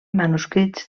manuscrits